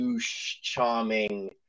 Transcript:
charming